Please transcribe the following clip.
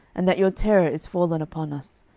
and that your terror is fallen upon us,